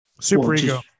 Superego